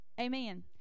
Amen